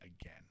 again